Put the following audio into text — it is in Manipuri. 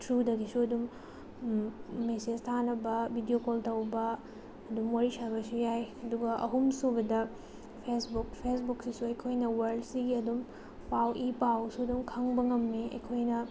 ꯊ꯭ꯔꯨꯗꯒꯤꯁꯨ ꯑꯗꯨꯝ ꯃꯦꯁꯦꯖ ꯊꯥꯅꯕ ꯕꯤꯗꯤꯑꯣ ꯀꯣꯜ ꯇꯧꯕ ꯑꯗꯨꯝ ꯋꯥꯔꯤ ꯁꯥꯕꯁꯨ ꯌꯥꯏ ꯑꯗꯨꯒ ꯑꯍꯨꯝ ꯁꯨꯕꯗ ꯐꯦꯁꯕꯨꯛ ꯐꯦꯁꯕꯨꯛꯁꯤꯁꯨ ꯑꯩꯈꯣꯏꯅ ꯋꯥꯔꯜꯁꯤꯒꯤ ꯑꯗꯨꯝ ꯄꯥꯎ ꯏ ꯄꯥꯎꯁꯨ ꯑꯗꯨꯝ ꯈꯪꯕ ꯉꯝꯏ ꯑꯩꯈꯣꯏꯅ